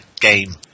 game